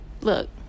look